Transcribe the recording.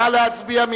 נא להצביע.